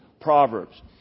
Proverbs